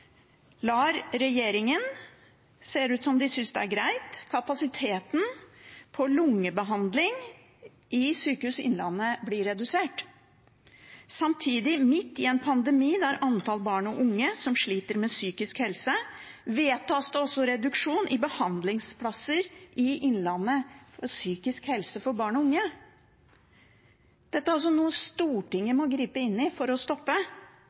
lar regjeringen – og det ser ut som om de synes det er greit – kapasiteten på lungebehandling på Sykehuset Innlandet bli redusert. Samtidig, midt i en pandemi der barn og unge sliter med psykisk helse, vedtas det også reduksjon i behandlingsplasser i Innlandet på psykisk helse for barn og unge. Dette er noe Stortinget må gripe inn i for å stoppe.